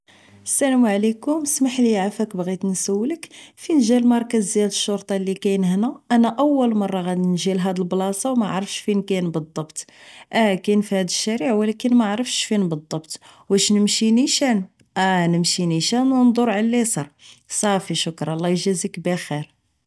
السلام عليكم سمحليا عافاك بغيت نسولك فين جا المركز ديال الشرطة اللي كاين هنا انا اول مرة غادي نجي لهاد البلاصة و معرفتش فين كاين بالضبط اه كاين فهاد الشارع و لكن معرفتش فين كاين بالضبط واش نمشي نيشان؟ اه نمشي نيشان و ندور علي اليسار صافي شكرا الله اجازك بخير